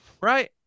Right